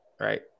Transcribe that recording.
right